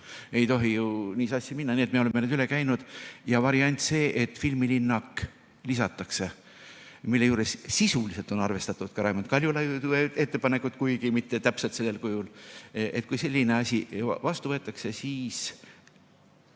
Ei tohi ju nii sassi minna. Nii et me oleme need üle käinud, ja variant C, et filmilinnak lisatakse – mille juures sisuliselt on arvestatud ka Raimond Kaljulaidi ettepanekut, kuigi mitte täpselt sel kujul –, ja kui selline asi vastu võetakse, siis